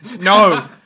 no